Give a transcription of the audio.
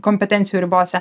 kompetencijų ribose